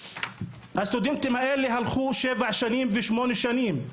הסטודנטים האלה הלכו ללמוד שבע-שמונה שנים.